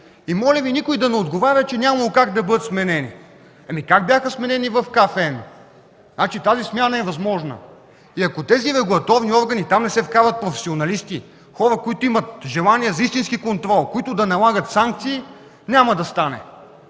Ви моля никой да не отговаря, че нямало как да бъдат сменени. Как бяха сменени в Комисията за финансов надзор? Значи тази смяна е възможна. Ако в тези регулаторни органи не се вкарат професионалисти, хора, които имат желание за истински контрол, които да налагат санкции, няма да стане.